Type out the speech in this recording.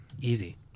Easy